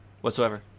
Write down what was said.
whatsoever